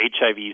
HIV